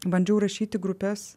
bandžiau rašyt į grupes